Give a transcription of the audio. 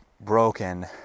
broken